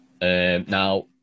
now